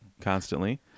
constantly